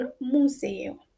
museo